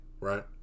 right